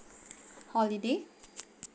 holiday